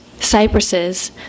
cypresses